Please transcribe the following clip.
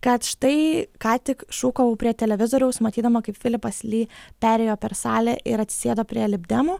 kad štai ką tik šūkavau prie televizoriaus matydama kaip filipas ly perėjo per salę ir atsisėdo prie libdemų